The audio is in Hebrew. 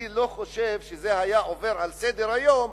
אני לא חושב שהיו עוברים לסדר-היום,